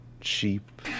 cheap